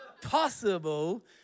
possible